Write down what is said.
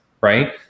right